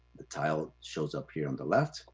the title shows up here on the left,